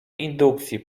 indukcji